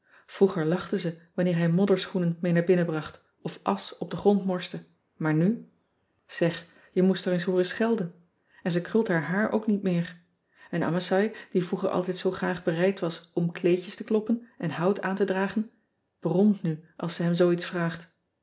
roeger lachte ze wanneer hij modderschoenen mee naar binnen bracht of asch op den grond morste maar nu eg je moest haar eens hooren schelden n ze krult haar haar ook niet meer n masai die vroeger altijd zoo graag bereid was om kleedjes te kloppen en hout aan te dragen bromt nu als ze hem zoo iets vraagt